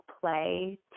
play